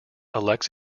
elects